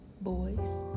boys